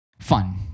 fun